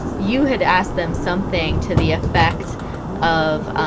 you had asked them something to the effect of